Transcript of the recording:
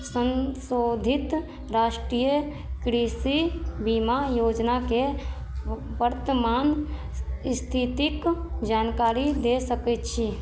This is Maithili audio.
संशोधित राष्ट्रीय कृषि बीमा योजनाके वर्तमान स्थितिक जानकारी दे सकय छी